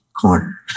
corner